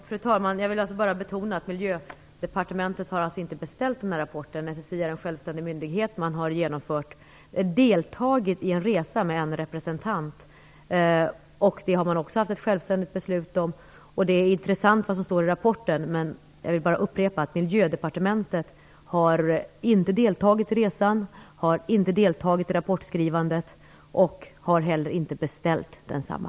Fru talman! Jag vill bara betona att Miljödepartementet inte har beställt den här rapporten. SSI är en självständig myndighet. Man har deltagit med en representant i en resa. Det har man också fattat ett självständigt beslut om. Det som står i rapporten är intressant, men jag vill upprepa att Miljödepartementet inte har deltagit i resan eller rapportskrivandet, och vi har inte heller beställt den samma.